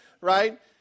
Right